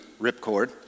ripcord